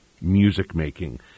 music-making